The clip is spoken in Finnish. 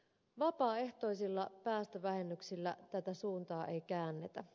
vapaaehtoisilla päästövähennyksillä tätä suuntaa ei käännetä